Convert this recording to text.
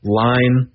line